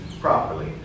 properly